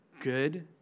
good